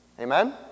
Amen